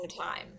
time